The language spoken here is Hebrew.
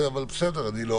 אבל בסדר, אני לא